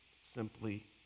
simply